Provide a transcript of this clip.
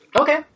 Okay